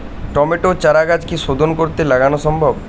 টমেটোর চারাগাছ কি শোধন করে লাগানো সম্ভব?